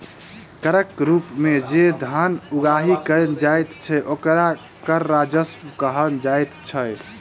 करक रूप मे जे धन उगाही कयल जाइत छै, ओकरा कर राजस्व कहल जाइत छै